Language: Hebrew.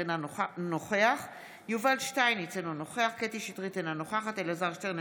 נוכחת אלעזר שטרן,